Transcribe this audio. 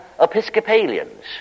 Episcopalians